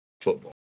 football